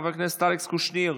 חבר הכנסת אלכס קושניר,